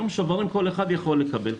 היום שוברים כל אחד יכול לקבל.